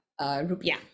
rupiah